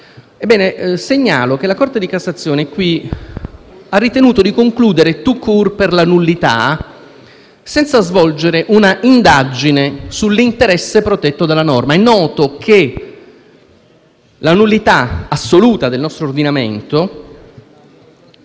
Segnalo che la Corte di cassazione ha ritenuto di concludere *tout court* per la nullità, senza svolgere un'indagine sull'interesse protetto dalla norma. È noto che la nullità assoluta del nostro ordinamento